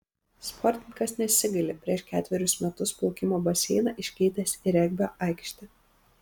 sportininkas nesigaili prieš ketverius metus plaukimo baseiną iškeitęs į regbio aikštę